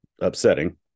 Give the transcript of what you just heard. upsetting